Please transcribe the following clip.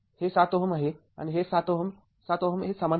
हे ७ Ω आहे आणि हे ७Ω ७Ω हे समांतर आहेत